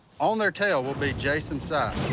on their tale will be jase and si,